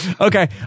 okay